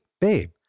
babe